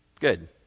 Good